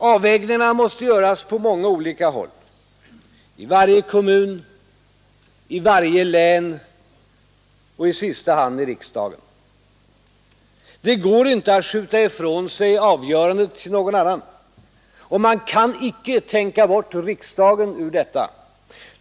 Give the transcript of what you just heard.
Avvägningarna måste göras på många olika håll — i varje kommun, i varje län och i sista hand i riksdagen. Det går inte att skjuta ifrån sig avgörandet till någon annan. Man kan inte tänka bort riksdagen ur detta.